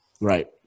Right